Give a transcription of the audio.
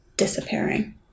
disappearing